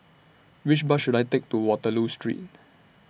Which Bus should I Take to Waterloo Street